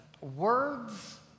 words